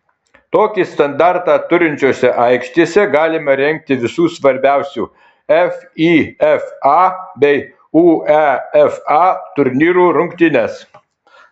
tokį standartą turinčiose aikštėse galima rengti visų svarbiausių fifa bei uefa turnyrų rungtynes